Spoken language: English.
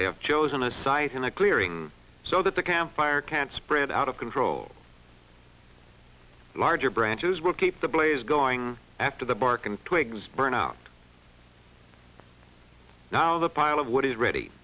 they have chosen a site in a clearing so that the campfire can spread out of control larger branches will keep the blaze going after the bark and twigs burn out now the pile of wood is ready